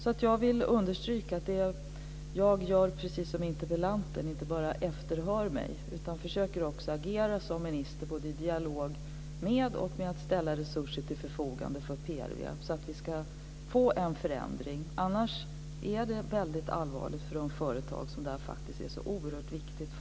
Jag vill således understryka att jag gör precis som interpellanten säger och inte bara hör mig för utan försöker också agera som minister, både i en dialog och när det gäller att ställa resurser till PRV:s förfogande så att vi får en förändring. Annars är det väldigt allvarligt för de företag för vilka det här är så oerhört viktigt.